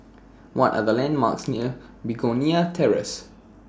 What Are The landmarks near Begonia Terrace